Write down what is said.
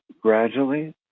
gradually